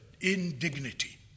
indignity